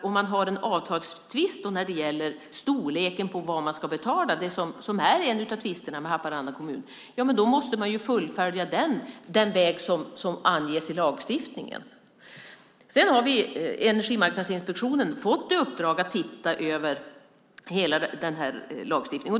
Om man har en avtalstvist som gäller storleken på vad man ska betala är det viktigt att man fullföljer denna tvist den väg som anges i lagstiftningen. Energimarknadsinspektionen har fått i uppdrag att se över hela lagstiftningen.